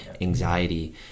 anxiety